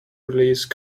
release